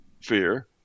fear